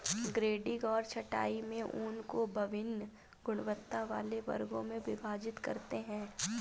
grading और छँटाई में ऊन को वभिन्न गुणवत्ता वाले वर्गों में विभाजित करते हैं